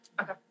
Okay